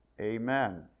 Amen